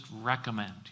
recommend